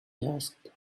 asked